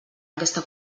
aquesta